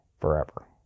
forever